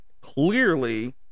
clearly